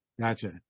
gotcha